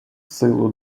силу